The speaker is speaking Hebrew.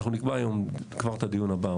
אנחנו נקבע היום כבר את הדיון הבא.